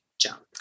jump